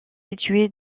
située